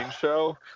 show